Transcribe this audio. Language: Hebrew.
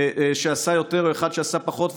שעשה יותר או אחד שעשה פחות.